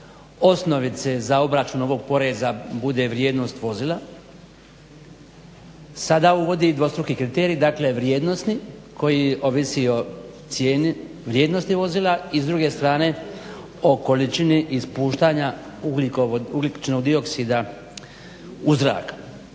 osnovice za obračun ovog poreza bude vrijednost vozila sada uvodi dvostruki kriterij dakle vrijednosni koji ovisi o cijeni vrijednosti vozila i s druge strane o količini ispuštanja ugljičnog dioksida u zrak.